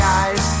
eyes